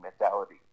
mentality